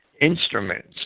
instruments